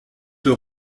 deux